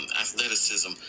athleticism